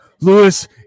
Lewis